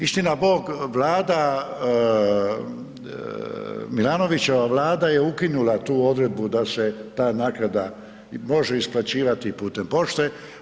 Istina Bog, Vlada, Milanovićeva Vlada je ukinula tu odredbu da se ta naknada može isplaćivati putem pošte.